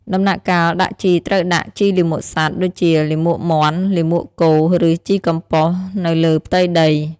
ដំណាក់កាលដាក់ជីត្រូវដាក់ ជីលាមកសត្វ (ដូចជាលាមកមាន់ លាមកគោ) ឬ ជីកំប៉ុស្ត នៅលើផ្ទៃដី។